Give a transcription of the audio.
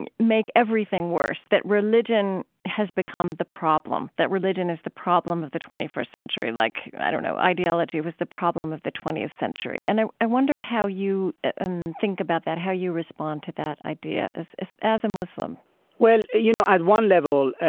and make everything worse. that religion has become the problem, that religion is the problem of the twenty first century like, i don't know, ideology was the problem of the twentieth century. and i i wonder how you and think about that, how you respond to that idea as as a muslim well, you know, at one level